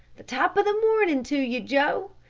the top of the morning to you, joe!